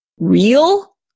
real